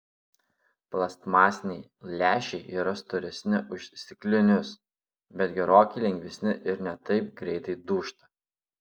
plastmasiniai lęšiai yra storesni už stiklinius bet gerokai lengvesni ir ne taip greitai dūžta